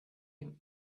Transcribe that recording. him